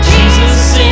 Jesus